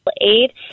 aid